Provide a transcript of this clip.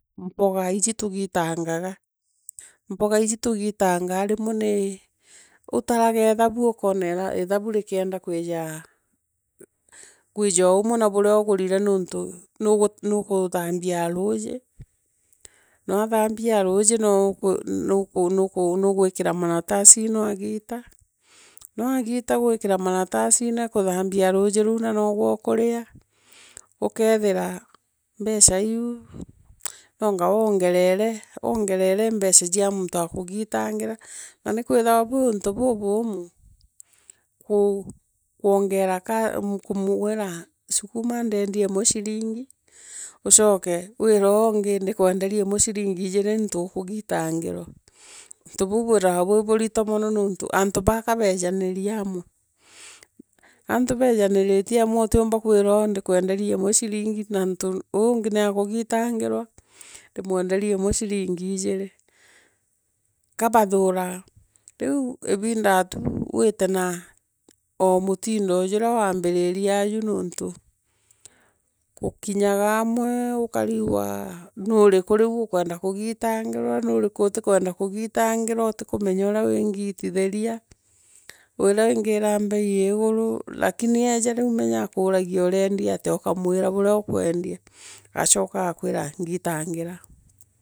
Mpogaiiji tugitangangampoga iiji tugitangaa rimwe ni utaraga ithabu ukona vithabu rikienda kwija kwija ooumwe na urea ugurire nontu nukuthambia a ruuji nawathaambia a nuji nuku, nuku, nuku nugwaikira maratasine oogita, noogita gwikira maratasine, kuthaombia a ruuji vou nogwe ukurea, ukethira mbeca iu nonga wongerere, wongerere mbeca eic muntu o kukugitangiva, nandi kwithaira kwi untu buubumu. Ku kwongera kumurira Sukuma imwe ndiendia ciringi ucoke wireoongi ndikwenderia imwe aringi injiri ontu ukigitangirwa untu bou withaira bwi bunto mono nontu baa kabeejidentiaamwe. Antu beejunirutie amwe utiumba kwira oo ndikwenderia imwe ciringi na uungi naekugitanirwa ndimwendoria imwe ciringi injiri kabathuraa, riu ibindaa wite tu na oo mutindo juriawaaambiririe aju nontu gukinyaga amwe ukarigwa nuriku riu ukwenda tugitangirwa nuriku utikwenya ura ungitithiria. Ura ungira bei ya iguru, lakini ooja riu menya ariuragia uriendia atia ukamwira ura ukwenda agachoka agakwira ngitangira.